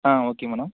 ah okay madam